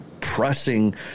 pressing